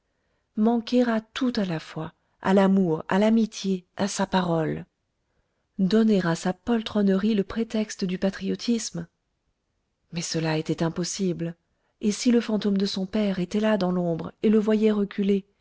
manquer à tout à la fois à l'amour à l'amitié à sa parole donner à sa poltronnerie le prétexte du patriotisme mais cela était impossible et si le fantôme de son père était là dans l'ombre et le voyait reculer